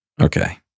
Okay